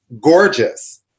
gorgeous